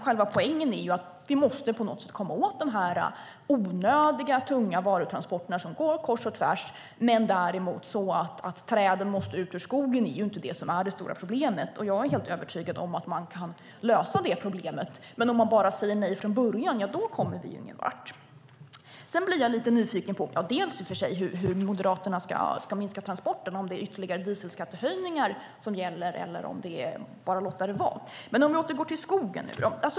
Själva poängen är att vi måste komma åt de onödiga tunga varutransporterna som går kors och tvärs. Men att träden måste ut ur skogen är inte det som är det stora problemet. Jag är helt övertygad om att man kan lösa det problemet. Men om man bara säger nej från början kommer vi ingen vart. Jag blir lite nyfiken på hur Moderaterna ska minska transporterna och om det är ytterligare dieselskattehöjningar som gäller eller bara att låta det vara. Jag återgår till skogen.